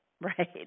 right